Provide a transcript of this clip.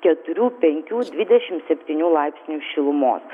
keturių penkių dvidešim septynių laipsnių šilumos